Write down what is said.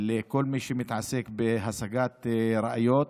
לכל מי שמתעסק בהשגת ראיות,